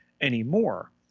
anymore